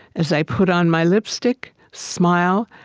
as i put on my lipstick, smile,